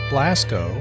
Blasco